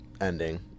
ending